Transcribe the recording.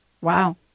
Wow